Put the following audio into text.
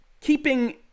keeping